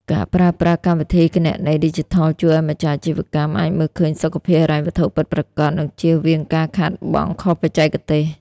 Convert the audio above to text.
ការប្រើប្រាស់ កម្មវិធីគណនេយ្យឌីជីថល ជួយឱ្យម្ចាស់អាជីវកម្មអាចមើលឃើញសុខភាពហិរញ្ញវត្ថុពិតប្រាកដ និងចៀសវាងការខាតបង់ខុសបច្ចេកទេស។